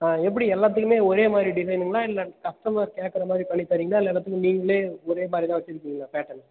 ஆ எப்படி எல்லாத்துலையுமே ஒரே மாதிரி டிசைனுங்களா இல்லை கஸ்டமர் கேட்குற மாதிரி பண்ணி தருவீங்களா இல்லை எல்லாத்துக்கும் நீங்களே ஒரே மாதிரி தான் வச்சுருக்கீங்களா பேர்ட்டன்